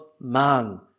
man